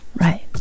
Right